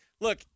look